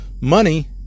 money